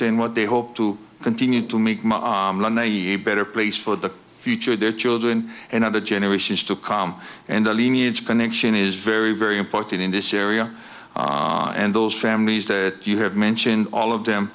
in what they hope to continue to make much better place for the future of their children and other generations to come and the lineage connection is very very important in this area and those families that you have mentioned all of them